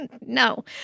No